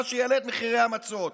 מה שיעלה את מחירי המצות.